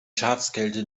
schafskälte